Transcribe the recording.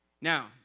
now